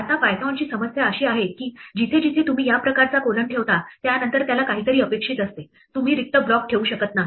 आता पायथोनची समस्या अशी आहे की जिथे जिथे तुम्ही या प्रकारचा कोलन ठेवता त्या नंतर त्याला काहीतरी अपेक्षित असते तुम्ही रिक्त ब्लॉक ठेवू शकत नाही